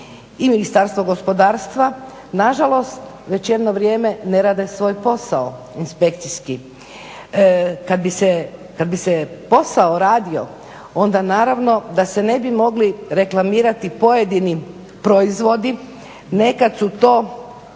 i Ministarstvo gospodarstva na žalost već jedno vrijeme ne rade svoj posao inspekcijski. Kad bi se posao radio, onda naravno da se ne bi mogli reklamirati pojedini proizvodi. Nekad su to